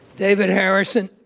david harrison.